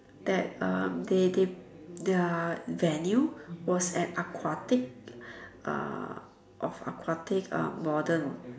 that um they they their venue was at aquatic uh of aquatic uh modern